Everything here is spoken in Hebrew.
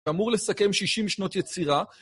אמור לסכם 60 שנות יצירה.